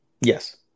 Yes